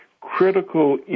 critical